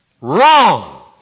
wrong